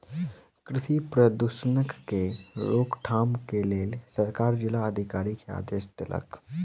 कृषि प्रदूषणक के रोकथाम के लेल सरकार जिला अधिकारी के आदेश देलक